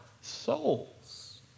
souls